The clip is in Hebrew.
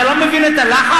אתה לא מבין את הלחץ?